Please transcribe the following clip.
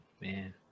Man